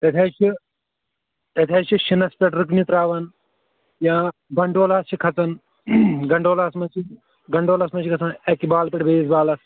اَتہِ حظ چھِ تَتہِ حظ چھِ شیٖنَس پٮ۪ٹھ رٕکنہِ ترٛاوَان یا گَنٛڈولا چھِ کھَژان گَنٛڈولاہَس منٛز چھِ گَنٛڈُولَاہَس منٛز چھِ گژھان اَکہِ بالہٕ پٮ۪ٹھ بیٚیِس بالَس